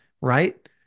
right